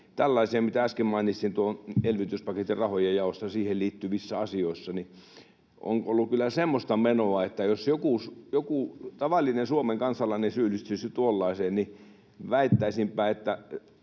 tällaisiin, mitä äsken mainitsin tuon elvytyspaketin rahojen jaosta. Siihen liittyvissä asioissa on ollut kyllä semmoista menoa, että jos joku tavallinen Suomen kansalainen syyllistyisi tuollaiseen, niin väittäisinpä, että